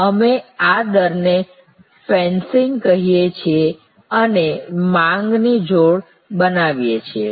તેથી અમે આ દરને ફેન્સીંગ કહીએ છીએ અને માંગની જોડ બનાવીએ છીએ